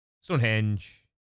Stonehenge